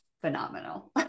phenomenal